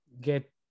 get